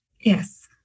Yes